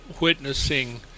witnessing